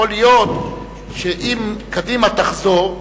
יכול להיות שאם קדימה תחזור,